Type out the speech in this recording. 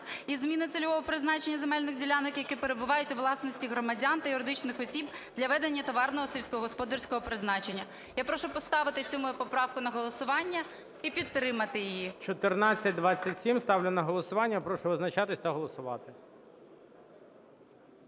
і зміна цільового призначення земельних ділянок, які перебувають у власності громадян та юридичних осіб для ведення товарного сільськогосподарського виробництва.". Я прошу поставити цю мою поправку на голосування і підтримати її. ГОЛОВУЮЧИЙ. 1427 ставлю на голосування. Прошу визначатись та голосувати.